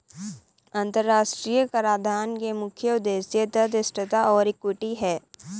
अंतर्राष्ट्रीय कराधान के मुख्य उद्देश्य तटस्थता और इक्विटी हैं